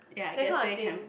that kind of thing